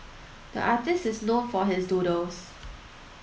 the artist is known for his doodles